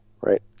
right